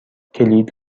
کلید